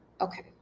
okay